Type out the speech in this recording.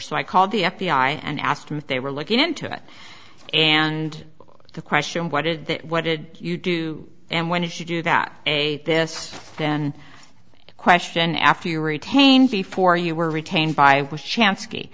so i called the f b i and asked them if they were looking into it and the question what did that what did you do and when did she do that a this then question after you retained before you were retained by chance ski